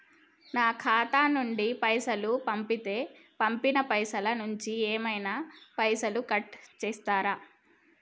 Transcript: నా ఖాతా నుండి పైసలు పంపుతే పంపిన పైసల నుంచి ఏమైనా పైసలు కట్ చేత్తరా?